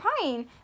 crying